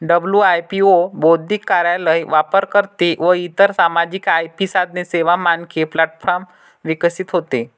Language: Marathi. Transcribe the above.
डब्लू.आय.पी.ओ बौद्धिक कार्यालय, वापरकर्ते व इतर सामायिक आय.पी साधने, सेवा, मानके प्लॅटफॉर्म विकसित होते